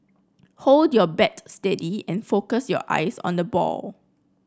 hold your bat steady and focus your eyes on the ball